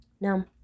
Now